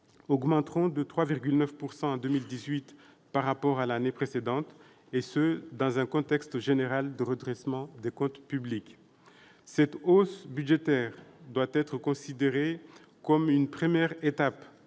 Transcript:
augmenteront de 3,9 % en 2018 par rapport à l'année précédente, cela dans un contexte général de redressement des comptes publics. Cette hausse budgétaire doit être considérée comme une première étape,